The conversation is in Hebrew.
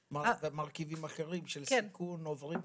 ומרכיבים אחרים של סיכון עוברים ושבים?